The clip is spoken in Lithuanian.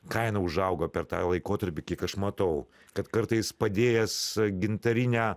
kaina užaugo per tą laikotarpį kiek aš matau kad kartais padėjęs gintarinę